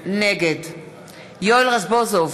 נגד יואל רזבוזוב,